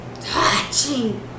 touching